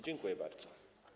Dziękuję bardzo.